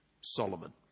Solomon